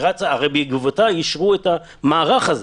הרי בעקבותיה אישרו את המערך הזה.